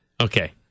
okay